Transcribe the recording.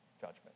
judgment